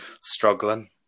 struggling